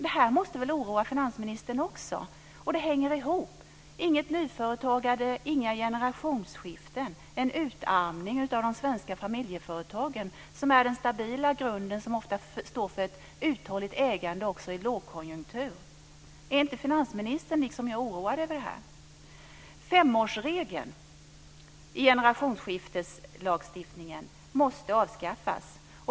Det här måste väl oroa också finansministern, och det hänger ihop: inget nyföretagande, inga generationsskiften. Det blir en utarmning av de svenska familjeföretagen, som är den stabila grunden, som ofta står för ett uthålligt ägande också i lågkonjunktur. Är inte finansministern liksom jag oroad över det här? Femårsregeln i generationsskifteslagstiftningen måste avskaffas.